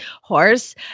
horse